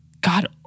God